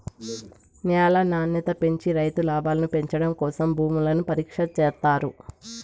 న్యాల నాణ్యత పెంచి రైతు లాభాలను పెంచడం కోసం భూములను పరీక్ష చేత్తారు